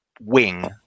wing